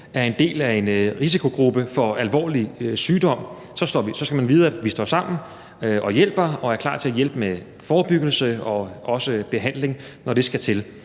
er en del af en risikogruppe for alvorlig sygdom, skal man vide, at vi står sammen og hjælper og er klar til at hjælpe med forebyggelse og også behandling, når det skal til.